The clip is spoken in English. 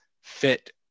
fit